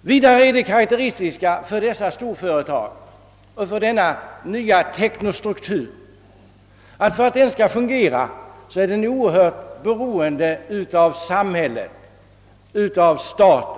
Vidare är det karakteristiskt för dessa storföretag av denna nya teknostruktur att de för att kunna fungera är oerhört beroende av samhället, av staten.